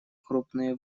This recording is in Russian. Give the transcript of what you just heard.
крупные